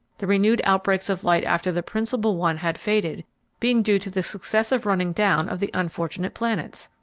the renewed outbreaks of light after the principal one had faded being due to the successive running down of the unfortunate planets!